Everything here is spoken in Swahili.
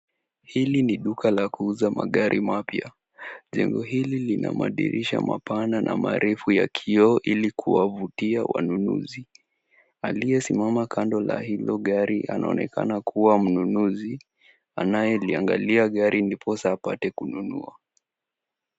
Hili ni duka la kuuza magari mapya. Jengo hili lina madirisha mapana na marefu ya kioo ili kuwavutia wanunuzi. Aliye simama kando na hilo gari anaonekana kuwa mnunuzi anaye liangalia gari ndiposa apate kununua.